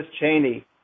Cheney